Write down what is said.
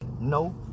no